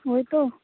वही तो